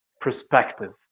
perspective